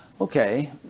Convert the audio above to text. Okay